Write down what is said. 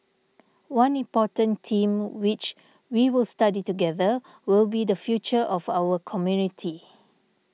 one important theme which we will study together will be the future of our community